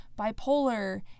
bipolar